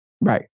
Right